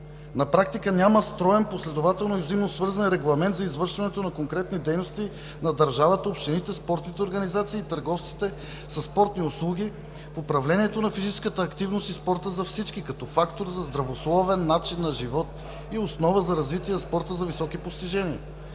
На практика няма строен последователен и взаимосвързан регламент за извършването на конкретни дейности на държавата, общините, спортните организации, търговците със спортни услуги в управлението на физическата активност и спорта за всички като фактор за здравословен начин на живот и основа за развитие на спорта за високи постижения.